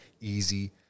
easy